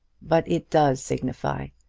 but it does signify.